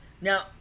now